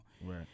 Right